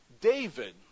David